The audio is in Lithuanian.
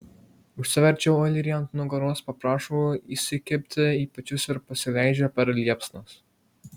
užsiverčia oilerį ant nugaros paprašo įsikibti į pečius ir pasileidžia per liepsnas